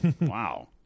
Wow